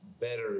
better